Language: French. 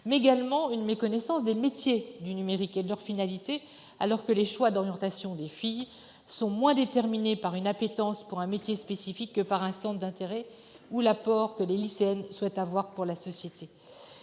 part, une méconnaissance des métiers du numérique et de leurs finalités, alors que les choix d'orientation des filles sont moins déterminés par une appétence pour un métier spécifique que par un centre d'intérêt ou l'apport que les lycéennes souhaitent fournir à la société.